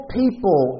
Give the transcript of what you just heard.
people